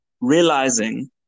realizing